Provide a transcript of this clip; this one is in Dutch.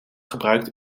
gebruikt